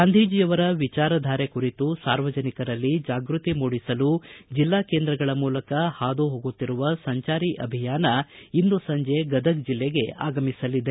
ಗಾಂಧೀಜಿ ಯವರ ವಿಚಾರಧಾರೆ ಕುರಿತು ಸಾರ್ವಜನಿಕರಲ್ಲಿ ಜಾಗೃತಿ ಮೂಡಿಸಲು ಜಿಲ್ಲಾ ಕೇಂದ್ರಗಳ ಮೂಲಕ ಹಾದುಹೋಗುತ್ತಿರುವ ಸಂಚಾರಿ ಅಭಿಯಾನ ಇಂದು ಸಂಜೆ ಗದಗ ಜಿಲ್ಲೆಗೆ ಆಗಮಿಸಲಿದೆ